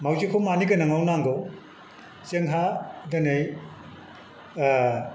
मावजिखौ मानि गोनाङाव नांगौ जोंहा दिनै